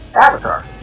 avatar